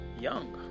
young